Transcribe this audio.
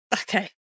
okay